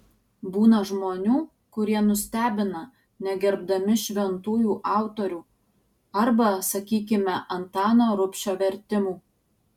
būna žmonių kurie nustebina negerbdami šventųjų autorių arba sakykime antano rubšio vertimų